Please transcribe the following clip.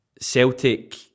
Celtic